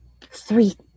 three